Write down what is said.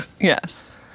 Yes